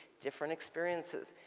different experiences.